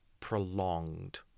prolonged